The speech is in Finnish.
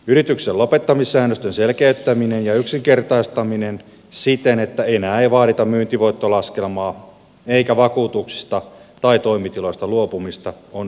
yrityksen lopettamissäännöstön selkeyttäminen ja yksinkertaistaminen siten että enää ei vaadita myyntivoittolaskelmaa eikä vakuutuksista tai toimitiloista luopumista on hyvä asia